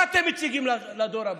מה אתם מציגים לדור הבא?